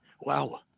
wow